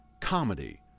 comedy